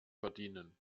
verdienen